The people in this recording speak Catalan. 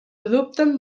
dubten